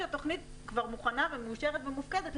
כשהתוכנית כבר מוכנה ומאושרת ומוסכמת,